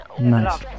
Nice